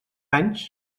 anys